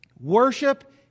Worship